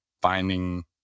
finding